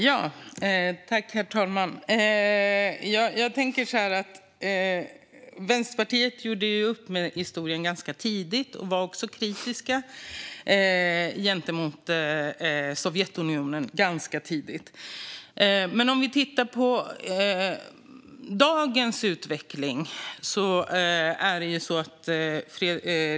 Herr talman! Jag tänker att Vänsterpartiet ganska tidigt gjorde upp med sin historia. Man var också ganska tidigt kritisk mot Sovjetunionen. Vi kan dock titta på dagens utveckling.